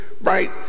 right